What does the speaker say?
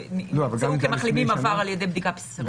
סרולוגית אפשרות למחלימים עבר על ידי בדיקה סרולוגית.